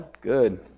Good